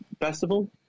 festival